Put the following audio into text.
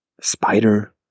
spider